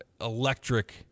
electric